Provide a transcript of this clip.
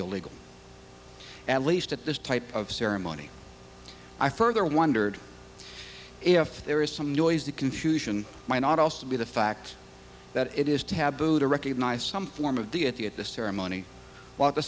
illegal at least at this type of ceremony i further wondered if there is some noise the confusion might not also be the fact that it is taboo to recognize some form of deity at the ceremony while